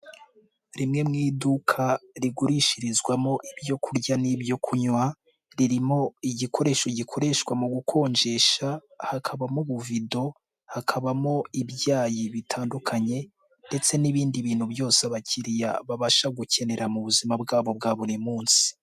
Rimwe mu iduka rigurishirizwamo ibyo kurya n'ibyo kunywa, ririmo igikoresho gikoreshwa mu gukonjesha, hakabamo ubuvido, hakabamo ibyayi bitandukanye, ndetse n'ibindi bintu byose abakiriya babasha gukenera mu buzima bwabo bwa buri munsi.